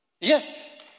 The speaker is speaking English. Yes